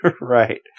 Right